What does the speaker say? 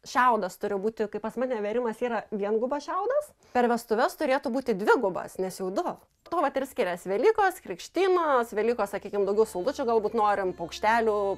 šiaudas turi būti kaip pas mane vėrimas yra viengubas šiaudas per vestuves turėtų būti dvigubas nes jau du tuo vat ir skiriasi velykos krikštynos velykos sakykim daugiau saulučių galbūt norim paukštelių